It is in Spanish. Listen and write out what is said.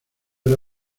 era